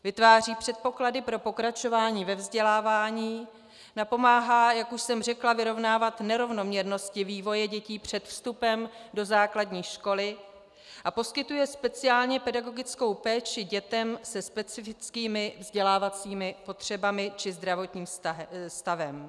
Vytváří předpoklady pro pokračování ve vzdělávání, napomáhá, jak už jsem řekla, vyrovnávat nerovnoměrnosti vývoje dětí před vstupem do základní školy a poskytuje speciálněpedagogickou péči dětem se specifickými vzdělávacími potřebami či zdravotním stavem.